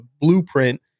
blueprint